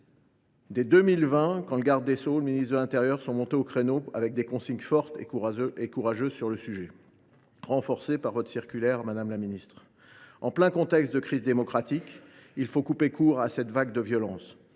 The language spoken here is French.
Dès 2020, le garde des sceaux et le ministre de l’intérieur sont montés au créneau avec, en la matière, des consignes fortes et courageuses, renforcées par votre circulaire, madame la ministre. En plein contexte de crise démocratique, il faut couper court à cette vague de violences.